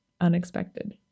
unexpected